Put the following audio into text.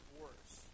worse